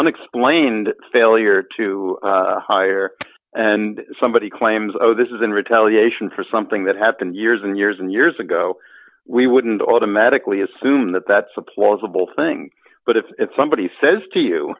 unexplained failure to hire and somebody claims oh this is in retaliation for something that happened years and years and years ago we wouldn't automatically assume that that's a plausible thing but if somebody says to you